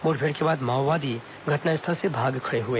मुठभेड़ के बाद माओवादी घटनास्थल से भाग खड़े हुए